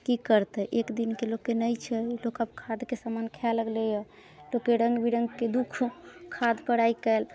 की करतै एक दिनके लोकके नहि छै लोकके खादके समान खाइ लगलै हँ लोकके रङ्ग बिरङ्गके दुःख खादपर आइ काल्हि